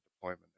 deployment